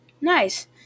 nice